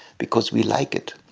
because we like it.